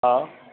हा